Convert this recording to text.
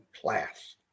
class